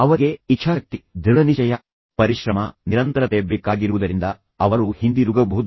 ಅವರಿಗೆ ಇಚ್ಛಾಶಕ್ತಿ ದೃಢನಿಶ್ಚಯ ಪರಿಶ್ರಮ ನಿರಂತರತೆ ಬೇಕಾಗಿರುವುದರಿಂದ ಅವರು ಹಿಂದಿರುಗಬಹುದು